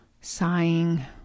Sighing